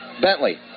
Bentley